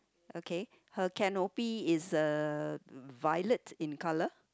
okay her canopy is uh violet in colour